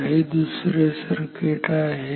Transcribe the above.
तर हे दुसरे सर्किट आहे